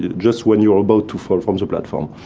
just when you are about to fall from the platform.